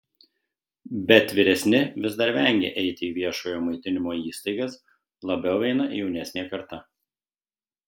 bet vyresni vis dar vengia eiti į viešojo maitinimo įstaigas labiau eina jaunesnė karta